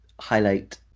highlight